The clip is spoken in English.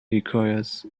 requires